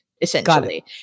essentially